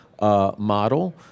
model